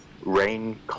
rain